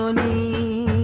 me,